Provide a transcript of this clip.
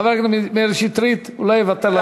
חבר הכנסת מאיר שטרית לא יוותר,